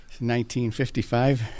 1955